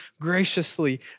graciously